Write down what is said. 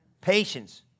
Patience